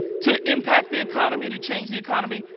to impact the economy, to change the economy,